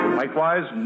likewise